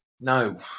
No